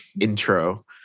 intro